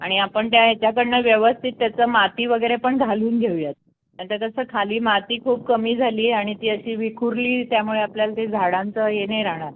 आणि आपण त्या ह्याच्याकडून व्यवस्थित त्याचं माती वगैरे पण घालून घेऊयात आणि त्या कसं खाली माती खूप कमी झाली आणि ती अशी विखुरली त्यामुळे आपल्याला ते झाडांचं हे नाही राहणार